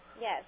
yes